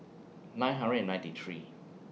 nine hundred ninety three